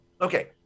Okay